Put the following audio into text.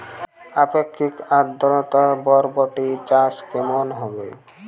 আপেক্ষিক আদ্রতা বরবটি চাষ কেমন হবে?